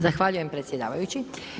Zahvaljujem predsjedavajući.